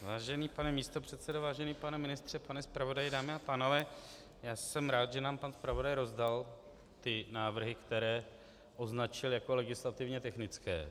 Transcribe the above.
Vážený pane místopředsedo, vážený pane ministře, pane zpravodaji, dámy a pánové, já jsem rád, že nám pan zpravodaj rozdal návrhy, které označil jako legislativně technické.